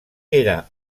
era